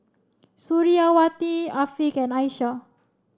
Suriawati Afiq can Aisyah